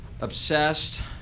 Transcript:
obsessed